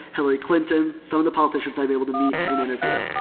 hillary clinton, some of the politicians i'm able to meet and interview.